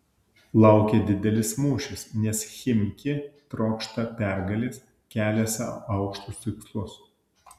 laukia didelis mūšis nes chimki trokšta pergalės kelia sau aukštus tikslus